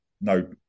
no